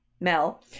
Mel